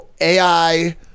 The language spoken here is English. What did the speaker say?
AI